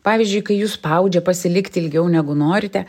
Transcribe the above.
pavyzdžiui kai jus spaudžia pasilikti ilgiau negu norite